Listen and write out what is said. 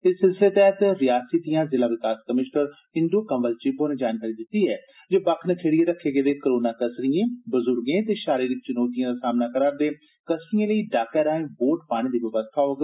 इस सिलसिले तैहत रियासी दियां जिला विकास कमीशनर इंदू कवल चिब होरें जानकारी दिती जे बक्ख नखेड़ियें रक्खे गेदे कोरोना कसरियें बुजुर्गे ते शारीरिक चुनौतिये दा सामना करा रदे कसरिये लेई डाकै राएं वोट पाने दी व्यवस्था होग